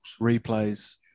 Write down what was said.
Replays